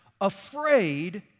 afraid